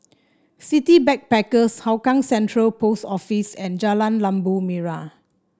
City Backpackers Hougang Central Post Office and Jalan Labu Merah